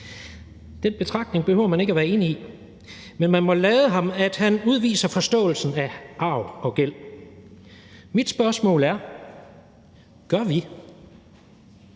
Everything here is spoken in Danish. Den betragtning behøver man ikke at være enig i, men man må lade ham, at han udviser forståelsen af arv og gæld. Mit spørgsmål er: Gør vi?